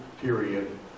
period